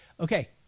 Okay